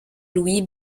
louis